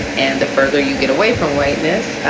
and the further you get away from whiteness,